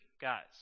guys